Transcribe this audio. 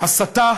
הסתה